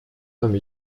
comme